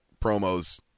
promos